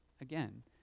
again